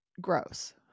Gross